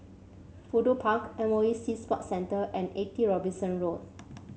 Fudu Park M O E Sea Sports Centre and Eighty Robinson Road